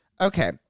Okay